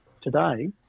today